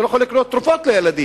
אתה לא יכול לקנות תרופות לילדים,